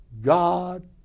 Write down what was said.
God